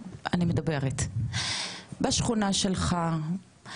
בשכונה שלך,